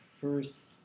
first